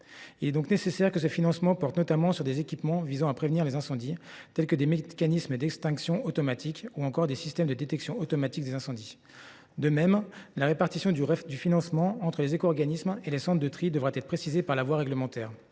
Il est donc nécessaire que le financement porte notamment sur des équipements visant à prévenir les incendies, tels que des mécanismes d’extinction automatique ou encore des systèmes de détection automatique des incendies. De même, la répartition du financement entre les éco organismes et les centres de tri devra être précisée par voie réglementaire.